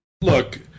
Look